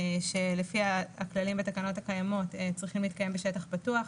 שלפי הכללים והתקנות הקיימות צריכים להתקיים בשטח פתוח,